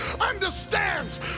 understands